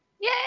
Yay